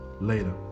Later